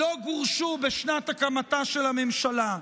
לא גורשו בשנת הקמתה של הממשלה?